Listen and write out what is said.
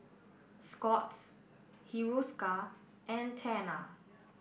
Scott's Hiruscar and Tena